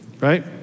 Right